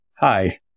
hi